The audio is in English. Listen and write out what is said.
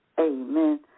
Amen